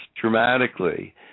dramatically